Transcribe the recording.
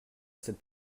cette